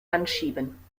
anschieben